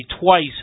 twice